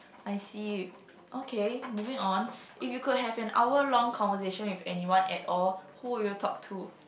I see okay moving on if you could have a hour long conversation with anyone at all who would you talk to